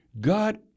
God